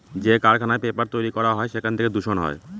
যে কারখানায় পেপার তৈরী করা হয় সেখান থেকে দূষণ হয়